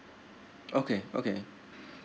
okay okay